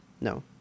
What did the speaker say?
no